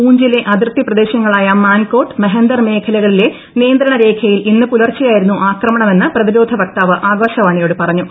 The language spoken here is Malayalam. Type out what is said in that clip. പൂഞ്ചിലെ അതിർത്തി പ്രദേശങ്ങളായ മാൻകോട്ട് മെഹന്ദർ മേഖ്ലിയിലെ നിയന്ത്രണ രേഖയിൽ ഇന്ന് പുലർച്ചെയായിരുന്നു ആക്രമണമെന്ന് പ്രതിരോധ വക്താവ് ആകാശവാണിയോട് ഫ്ട്രിഞ്ഞു